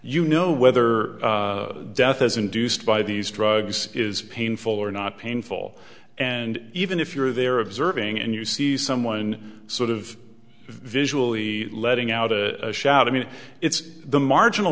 you know whether death is induced by these drugs is painful or not painful and even if you're there observing and you see someone sort of visually letting out a shot i mean it's the marginal